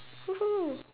woo ho